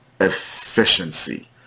efficiency